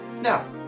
Now